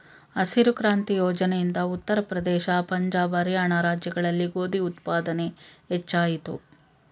ಹಸಿರು ಕ್ರಾಂತಿ ಯೋಜನೆ ಇಂದ ಉತ್ತರ ಪ್ರದೇಶ, ಪಂಜಾಬ್, ಹರಿಯಾಣ ರಾಜ್ಯಗಳಲ್ಲಿ ಗೋಧಿ ಉತ್ಪಾದನೆ ಹೆಚ್ಚಾಯಿತು